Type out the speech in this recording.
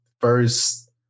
first